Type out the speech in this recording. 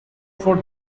for